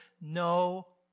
no